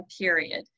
period